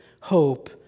hope